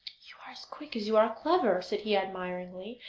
you are as quick as you are clever said he, admiringly.